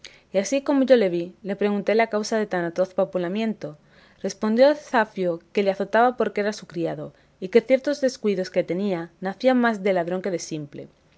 y así como yo le vi le pregunté la causa de tan atroz vapulamiento respondió el zafio que le azotaba porque era su criado y que ciertos descuidos que tenía nacían más de ladrón que de simple